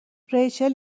ریچل